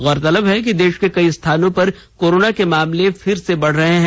गौरतलब है कि देश के कई स्थानों पर कोरोना के मामले फिर से बढ़ रहे हैं